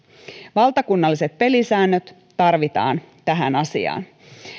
valtakunnalliset pelisäännöt tarvitaan tähän asiaan